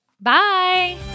Bye